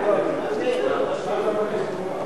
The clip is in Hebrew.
חברי חברי הכנסת, היה לכם יום ארוך.